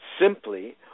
simply